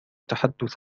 تحدث